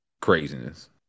Craziness